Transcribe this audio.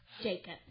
Jacob